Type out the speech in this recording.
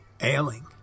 ailing